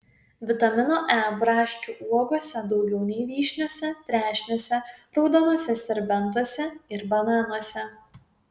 vitamino e braškių uogose daugiau nei vyšniose trešnėse raudonuose serbentuose ir bananuose